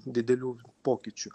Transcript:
didelių pokyčių